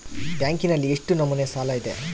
ಬ್ಯಾಂಕಿನಲ್ಲಿ ಎಷ್ಟು ನಮೂನೆ ಸಾಲ ಇದೆ?